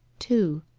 two.